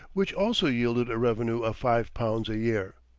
which also yielded a revenue of five pounds a year.